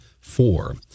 four